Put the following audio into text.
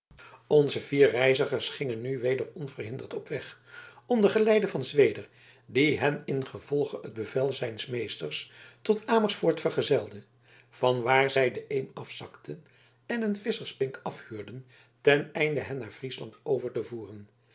onze vier reizigers gingen nu weder onverhinderd op weg onder geleide van zweder die hen ingevolge het bevel zijns meesters tot amersfoort vergezelde van waar zij de eem afzakten en een visscherspink afhuurden ten einde hen naar friesland over te voeren